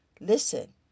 listen